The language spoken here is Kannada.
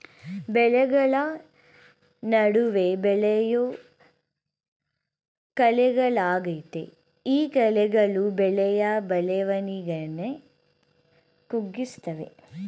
ಬೆಳೆಗಳ ನಡುವೆ ಬೆಳೆಯೋ ಕಳೆಗಳಾಗಯ್ತೆ ಈ ಕಳೆಗಳು ಬೆಳೆಯ ಬೆಳವಣಿಗೆನ ಕುಗ್ಗಿಸ್ತವೆ